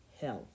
health